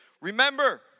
Remember